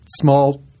small